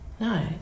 no